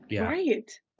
Right